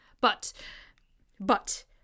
But—but—